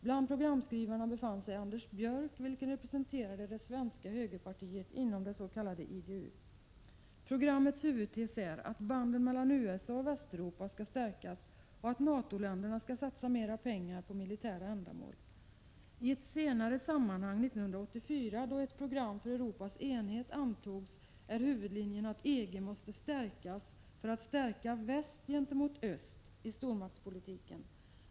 Bland programskrivarna befann sig Anders Björck, vilken representill EG-ländernas, terade det svenska högerpartiet inom det s.k. IDU. Programmets huvudtes Mm är att banden mellan USA och Västeuropa skall stärkas och att NATO länderna skall satsa mera pengar på militära ändamål. I ett senare sammanhang, 1984, då ett program för Europas enhet antogs, är huvudlinjen att EG måste stärkas för att stärka väst gentemot öst i stormaktspolitiken.